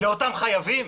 לאותם החייבים?